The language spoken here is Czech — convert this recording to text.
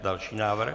Další návrh.